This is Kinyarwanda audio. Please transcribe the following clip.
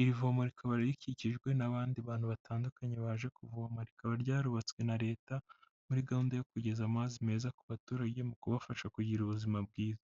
iri vomo rikaba rikikijwe n'abandi bantu batandukanye baje kuvoma rikaba ryarubatswe na leta muri gahunda yo kugeza amazi meza ku baturage mu kubafasha kugira ubuzima bwiza.